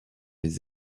les